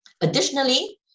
Additionally